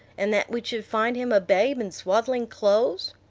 and that we should find him a babe in swaddling-clothes?